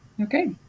Okay